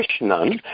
Krishnan